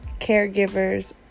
caregivers